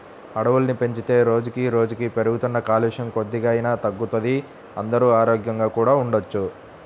అడవుల్ని పెంచితే రోజుకి రోజుకీ పెరుగుతున్న కాలుష్యం కొద్దిగైనా తగ్గుతది, అందరూ ఆరోగ్యంగా కూడా ఉండొచ్చు